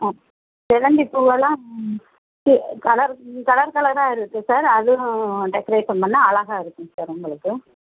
ஆ செவ்வந்தி பூவெல்லாம் கே கலரு கலர் கலராக இருக்குது சார் அது நான் டெக்கரேஷன் பண்ணால் அழகாக இருக்கும் சார் உங்களுக்கு